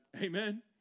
Amen